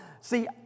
See